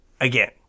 Again